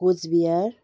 coach Bihar